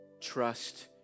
trust